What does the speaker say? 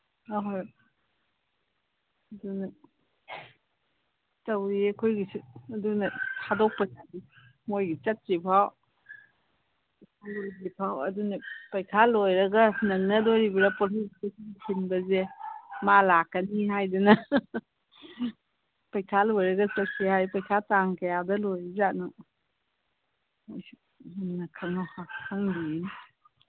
ꯑꯍꯣꯏ ꯑꯗꯨꯅ ꯇꯧꯔꯤꯌꯦ ꯑꯩꯈꯣꯏꯒꯤꯁꯨ ꯑꯗꯨꯅ ꯊꯥꯗꯣꯛꯄ ꯌꯥꯗꯦ ꯃꯣꯏꯒꯤ ꯆꯠꯇ꯭ꯔꯤ ꯐꯥꯎ ꯂꯣꯏꯗ꯭ꯔꯤ ꯐꯥꯎ ꯑꯗꯨꯅ ꯄꯩꯈꯥ ꯂꯣꯏꯔꯒ ꯅꯪꯅꯗꯣꯔꯤꯕ꯭ꯔꯥ ꯃꯥ ꯂꯥꯛꯀꯅꯤ ꯍꯥꯏꯗꯅ ꯄꯩꯈꯥ ꯂꯣꯏꯔꯒ ꯆꯠꯁꯤ ꯍꯥꯏ ꯄꯩꯈꯥ ꯇꯥꯡ ꯀꯌꯥꯗ ꯂꯣꯏꯔꯤꯖꯥꯠꯅꯣ ꯈꯪꯗꯤꯌꯦ